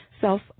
self